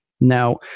Now